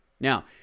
Now